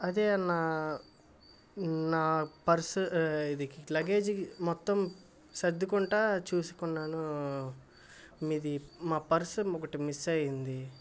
అదే అన్నా నిన్న పర్సు ఇది లగేజి మొత్తం సర్దుకుంటా చూసుకున్నాను మీది మా పర్స్ ఒకటి మిస్ అయ్యింది